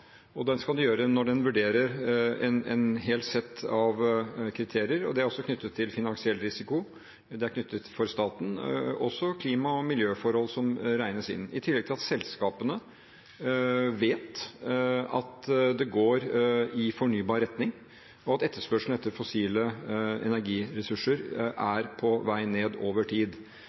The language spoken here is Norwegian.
og det skal den gjøre når den vurderer et helt sett av kriterier. Det er knyttet til finansiell risiko for staten, og også klima- og miljøforhold som regnes inn, i tillegg til at selskapene vet at det går i fornybar retning, og at etterspørselen etter fossile energiressurser er på vei ned over tid.